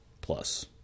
plus